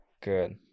good